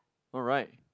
alright